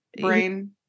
brain